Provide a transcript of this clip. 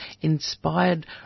inspired